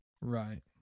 Right